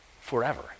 forever